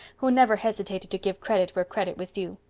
who never hesitated to give credit where credit was due.